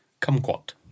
Kumquat